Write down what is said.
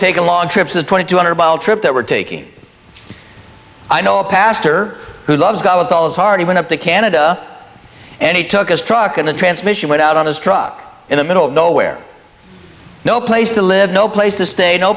take a long trips the twenty two hundred mile trip that we're taking i know a pastor who loves god with all his heart he went up to canada and he took his truck and the transmission went out on his truck in the middle of nowhere no place to live no place to state no